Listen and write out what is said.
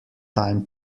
time